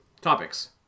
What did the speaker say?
Topics